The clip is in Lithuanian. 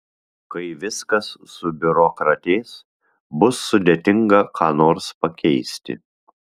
kai viskas subiurokratės bus sudėtinga ką nors pakeisti